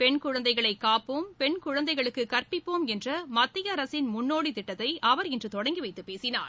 பெண் குழந்தைகளை காப்போம் பெண் குழந்தைகளுக்கு கற்பிப்போம் என்ற மத்திய அரசின் முன்னோடி திட்டத்தை அவர் இன்று தொடங்கிவைத்துப் பேசினார்